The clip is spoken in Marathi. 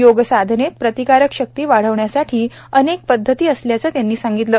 योग साधनेत प्रतिकारशक्ती वाढवण्यासाठी अनेक पद्धती असल्याचं त्यांनी सांगितलं